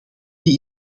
die